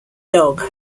dog